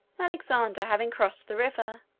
alexander, having crossed the river,